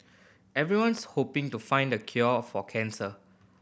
everyone's hoping to find the cure for cancer